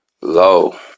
low